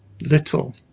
little